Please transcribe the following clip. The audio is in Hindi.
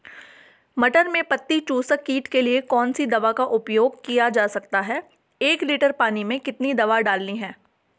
मटर में पत्ती चूसक कीट के लिए कौन सी दवा का उपयोग किया जा सकता है एक लीटर पानी में कितनी दवा डालनी है?